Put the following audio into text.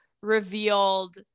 revealed